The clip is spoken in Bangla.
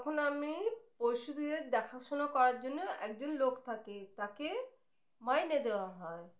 তখন আমি পশুদের দেখাশোনা করার জন্য একজন লোক থাকে তাকে মাইনে দেওয়া হয়